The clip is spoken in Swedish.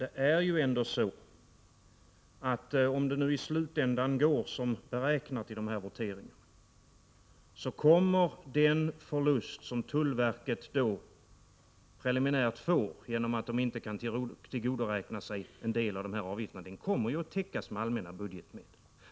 Herr talman! Om det nu i slutänden går som beräknat i dessa voteringar, kommer den förlust som tullverket preliminärt får genom att verket inte kan tillgodoräkna sig en del av dessa avgifter att täckas med allmänna budgetmedel.